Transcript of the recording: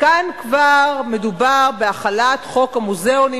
כאן כבר מדובר בהחלת חוק המוזיאונים